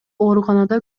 ооруканада